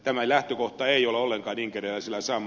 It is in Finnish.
tämä lähtökohta ei ole ollenkaan sama